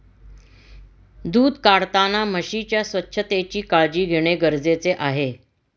दूध काढताना म्हशीच्या स्वच्छतेची काळजी घेणे गरजेचे आहे